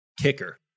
Kicker